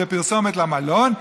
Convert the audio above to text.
זו פרסומת למלון,